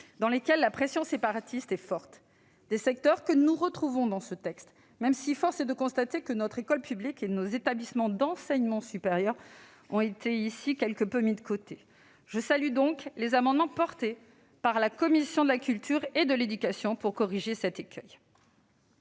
dans lesquels la pression séparatiste est forte. Nous retrouvons ces secteurs dans ce texte, même si force est de constater que notre école publique et nos établissements d'enseignement supérieur ont été ici quelque peu mis de côté. Je salue donc les amendements portés par la commission de la culture et de l'éducation pour corriger cet écueil.